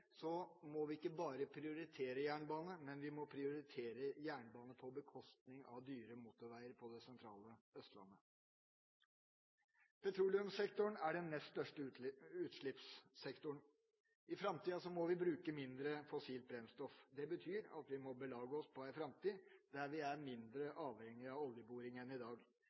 må vi ikke bare prioritere jernbane, men vi må prioritere jernbane på bekostning av dyre motorveier på det sentrale Østlandet. Petroleumssektoren er den nest største utslippssektoren. I framtida må vi bruke mindre fossilt brennstoff. Det betyr at vi må belage oss på en framtid der vi er mindre avhengig av oljeboring enn i dag.